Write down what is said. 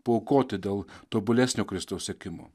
paaukoti dėl tobulesnio kristaus sekimo